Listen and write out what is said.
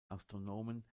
astronomen